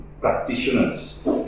practitioners